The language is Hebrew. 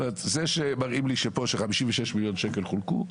זה שמראים לי פה שחמישים ושישה מיליון שקל חולקו,